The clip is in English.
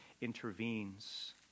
intervenes